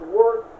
work